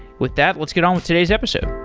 with that, let's get on with today's episode.